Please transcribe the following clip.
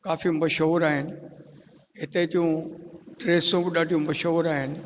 काफ़ी मशहूरु आहिनि हिते जूं ड्रेसूं ॾाढी मशहूरु आहिनि